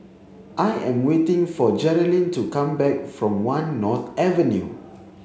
I am waiting for Jerilyn to come back from One North Avenue